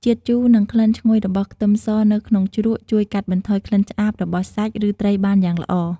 ជាតិជូរ និងក្លិនឈ្ងុយរបស់ខ្ទឹមសនៅក្នុងជ្រក់ ជួយកាត់បន្ថយក្លិនឆ្អាបរបស់សាច់ ឬត្រីបានយ៉ាងល្អ។